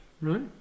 right